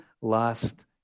last